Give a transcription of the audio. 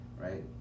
right